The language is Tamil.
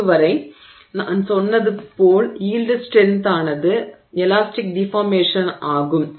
இங்குவரை நான் சொன்னது போல் யீல்டு ஸ்ட்ரென்த்தானது எலாஸ்டிக் டிஃபார்மேஷன் ஆகும்